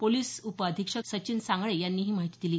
police उपाधीक्षक सचिन सांगळे यांनी ही माहिती दिली